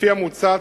לפי המוצע,